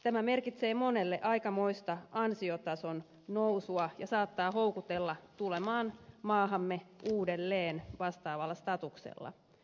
tämä merkitsee monelle aikamoista ansiotason nousua ja saattaa houkutella tulemaan maahamme uudelleen vastaavalla statuksella